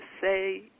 say